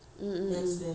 mm